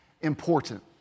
important